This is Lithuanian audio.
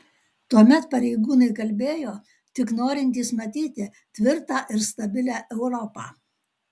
tuomet pareigūnai kalbėjo tik norintys matyti tvirtą ir stabilią europą